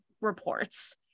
reports